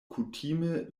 kutime